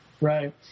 Right